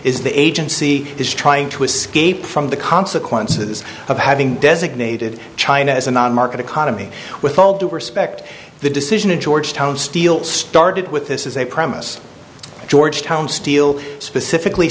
is the agency is trying to escape from the consequences of having designated china as a non market economy with all due respect the decision to georgetown steel started with this is a promise georgetown steel specifically